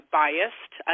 biased